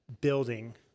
building